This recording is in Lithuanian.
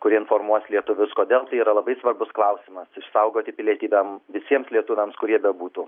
kuri informuos lietuvius kodėl tai yra labai svarbus klausimas išsaugoti pilietybę visiems lietuviams kurie bebūtų